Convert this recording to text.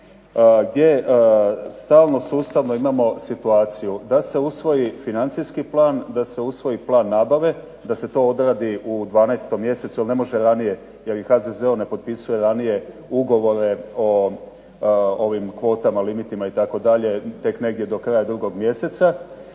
gdje stalno sustavno imamo situaciju da se usvoji financijski plan, da se usvoji plan nabave, da se to odradi u 12. mjesecu, jer ne može ranije, jer ni HZZO ne potpisuje ranije ugovore o ovim kvotama, limitima itd. tek negdje krajem 2. mjeseca